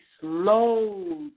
slow